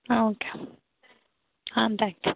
ஆ okay ஆ thank you